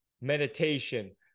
meditation